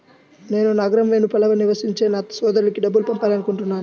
నేను నగరం వెలుపల నివసించే నా సోదరుడికి డబ్బు పంపాలనుకుంటున్నాను